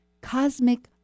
Cosmic